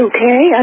Okay